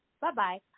Bye-bye